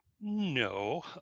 no